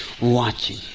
watching